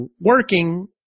working